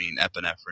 epinephrine